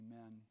Amen